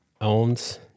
owns